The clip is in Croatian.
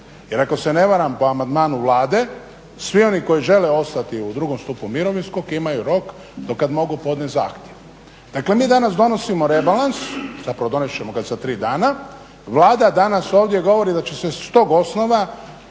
Jer ako se ne varam po amandmanu Vlade svi oni koji žele ostati u drugom stupu mirovinskog imaju rok do kad mogu podnijeti zahtjev. Dakle mi danas donosimo rebalans, zapravo donijeti ćemo ga za tri dana, Vlada danas ovdje govori da će se sa tog osnova